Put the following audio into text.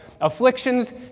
afflictions